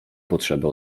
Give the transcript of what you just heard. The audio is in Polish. potrzebę